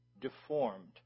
deformed